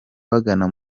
bagana